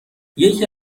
یکی